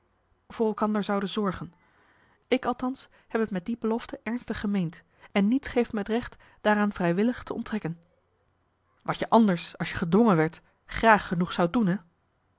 elkander zouden zorgen ik althans heb t met die belofte ernstig gemeend en niets geeft me het recht me daaraan vrijwillig te onttrekken wat je anders als je gedwongen werdt graag genoeg zoudt doen